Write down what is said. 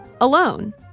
alone